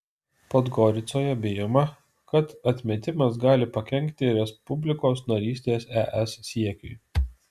podgoricoje bijoma kad atmetimas gali pakenkti respublikos narystės es siekiui